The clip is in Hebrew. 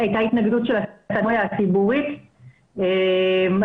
הייתה התנגדות של הסנגוריה הציבורית בעבר